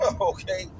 okay